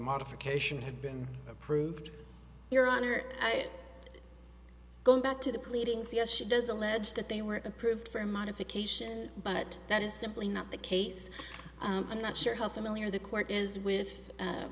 modification had been approved you're on your going back to the pleadings yes she does allege that they were approved for modification but that is simply not the case i'm not sure how familiar the court is with